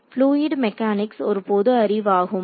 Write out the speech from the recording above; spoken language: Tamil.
ஃபூளியிட் மெக்கானிக்ஸ் ஒரு பொது அறிவாகும்